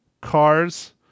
Cars